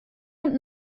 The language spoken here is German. und